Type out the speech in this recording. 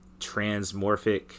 transmorphic